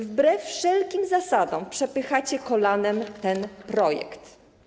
Wbrew wszelkim zasadom przepychacie kolanem ten projekt.